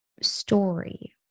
story